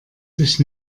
sich